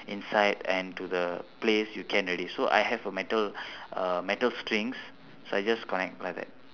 inside and to the place you can already so I have a metal uh metal strings so I just connect like that